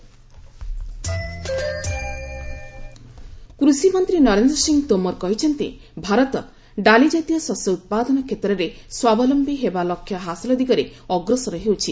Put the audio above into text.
ଡୋମର କୃଷିମନ୍ତ୍ରୀ ନରେନ୍ଦ୍ର ସିଂହ ତୋମର କହିଛନ୍ତି ଭାରତ ଡାଲିଜାତୀୟ ଶସ୍ୟ ଉତ୍ପାଦନ କ୍ଷେତ୍ରରେ ସ୍ୱାବଲମ୍ଭୀ ହେବା ଲକ୍ଷ୍ୟ ହାସଲ ଦିଗରେ ଅଗ୍ରସର ହେଉଛି